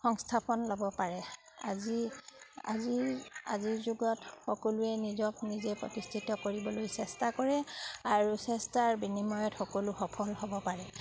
সংস্থাপন ল'ব পাৰে আজি আজিৰ আজিৰ যুগত সকলোৱে নিজক নিজে প্ৰতিষ্ঠিত কৰিবলৈ চেষ্টা কৰে আৰু চেষ্টাৰ বিনিময়ত সকলো সফল হ'ব পাৰে